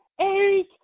eight